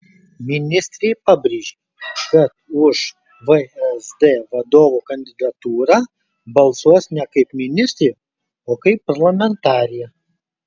ministrė pabrėžė kad už vsd vadovo kandidatūrą balsuos ne kaip ministrė o kaip parlamentarė